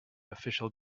official